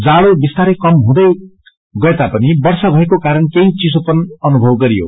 जाड्रो विस्तारै म हुँदै गए तापिन वर्षा भएको कारण केही चिसोपन अनुभव गरियो